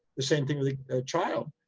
the same thing with a child,